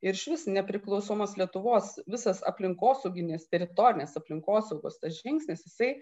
ir šis nepriklausomos lietuvos visas aplinkosauginis teritorinis aplinkosaugos tas žingsnis jisai